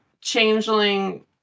Changeling